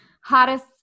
hottest